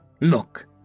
Look